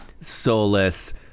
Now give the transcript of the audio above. soulless